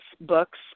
books